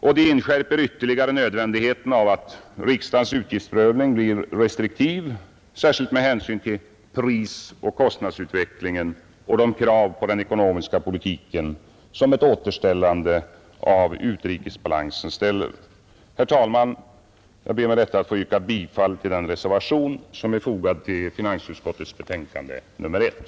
Detta inskärper ytterligare nödvändigheten av att riksdagens utgiftsprövning blir restriktiv, särskilt med hänsyn till prisoch kostnadsutvecklingen och de krav på den ekonomiska politiken som ett återställande av bytesbalansen ställer. Herr talman! Jag ber med detta att få yrka bifall till den reservation som är fogad vid finansutskottets betänkande nr 1.